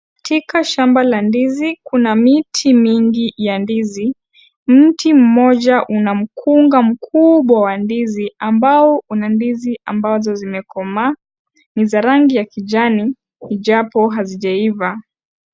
Katika shamba la ndizi kuna miti mingi ya ndizi. Mti mmoja una mkunga mkubwa wa ndizi ambao una ndizi ambazo zimekomaa, ni za rangi ya kijani ijapo hazijeiva.